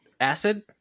acid